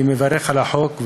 אני מברך על החוק,